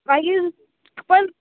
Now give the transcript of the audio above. मागीर पय